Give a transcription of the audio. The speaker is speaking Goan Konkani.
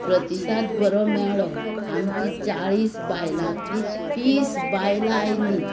प्रतिसाद बरो मेळ्ळो आमची चाळीस बायलांतलीं तीस बायलां आयलीं